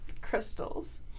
crystals